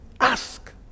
ask